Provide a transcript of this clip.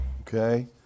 Okay